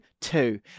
two